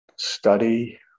study